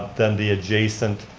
then the adjacent